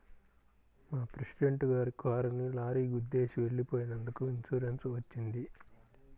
మా ప్రెసిడెంట్ గారి కారుని లారీ గుద్దేసి వెళ్ళిపోయినందుకు ఇన్సూరెన్స్ వచ్చింది